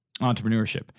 entrepreneurship